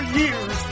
years